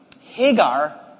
Hagar